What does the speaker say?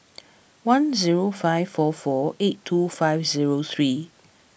one zero five four four eight two five zero three